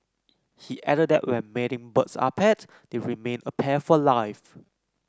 he added that when mating birds are paired they remain a pair for life